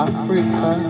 Africa